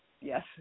Yes